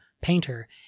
painter